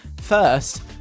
First